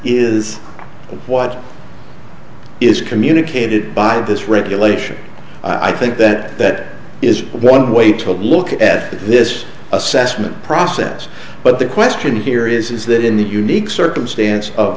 is what is communicated by this regulation i think that is one way to look at this assessment process but the question here is is that in the unique circumstance of